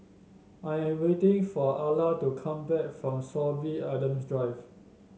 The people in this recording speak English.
I am waiting for Ala to come back from Sorby Adams Drive